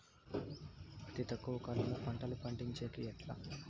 అతి తక్కువ కాలంలో పంటలు పండించేకి ఎట్లా?